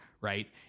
Right